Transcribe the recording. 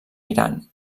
iran